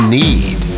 need